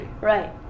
Right